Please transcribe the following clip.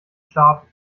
staaten